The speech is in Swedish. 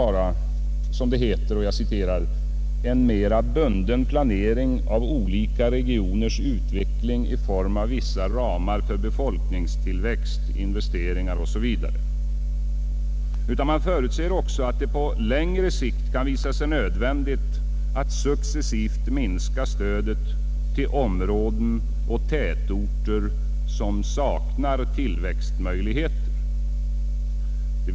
Där avvisas inte bara ”en mera bunden planering av olika regioners utveckling i form av vissa ramar för befolkningstillväxt, investeringar etc.”, utan utredningen förutser också att det på längre sikt kan visa sig nödvändigt att successivt minska stödet till områden och tätorter som saknar tillväxtmöjligheter.